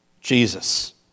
Jesus